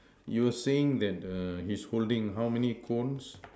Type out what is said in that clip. you are saying that he is holding how many cones